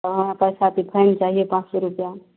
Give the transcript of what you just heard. अहाँ पइसा कि फाइन चाहिए पाँच सओ रुपैआ